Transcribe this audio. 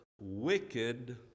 wicked